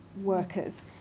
workers